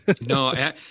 No